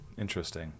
Interesting